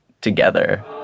together